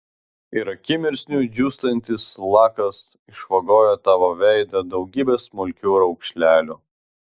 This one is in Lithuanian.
ir akimirksniu džiūstantis lakas išvagoja tavo veidą daugybe smulkių raukšlelių